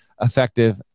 effective